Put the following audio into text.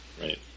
right